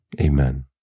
amen